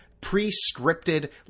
pre-scripted